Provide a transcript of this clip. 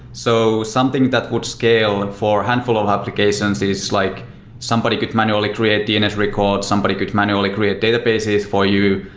so something that would scale and for a handful of applications is like somebody could manually create dns records. somebody could manually create databases for you.